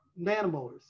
nanomotors